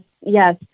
Yes